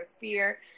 fear